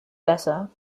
besser